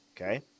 Okay